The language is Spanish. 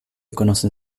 conocen